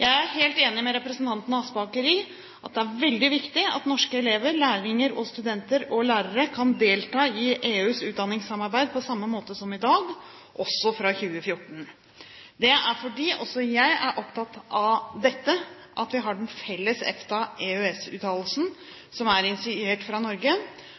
Jeg er helt enig med representanten Aspaker i at det er veldig viktig at norske elever, lærlinger, studenter og lærere kan delta i EUs utdanningssamarbeid på samme måte som i dag, også fra 2014. Det er fordi også jeg er opptatt av dette at vi i den felles EFTA/EØS-uttalelsen, som er initiert fra Norge,